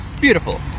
Beautiful